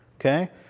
Okay